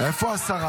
איפה השרה?